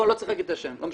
לא צריך להגיד את השם.